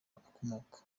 akomoka